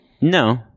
no